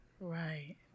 Right